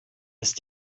ist